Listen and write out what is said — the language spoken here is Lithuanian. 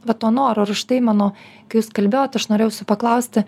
vat to noro ir už tai mano kai jūs kalbėjot aš norėjau jūsų paklausti